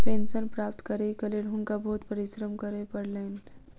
pension प्राप्त करैक लेल हुनका बहुत परिश्रम करय पड़लैन